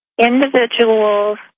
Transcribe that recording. individuals